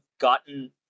gotten